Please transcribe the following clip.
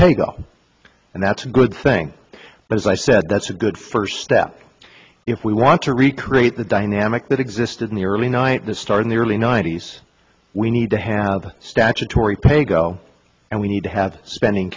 paygo and that's a good thing but as i said that's a good first step if we want to recreate the dynamic that existed in the early night the start in the early ninety's we need to have statutory pay go and we need to have spending